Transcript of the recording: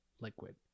liquid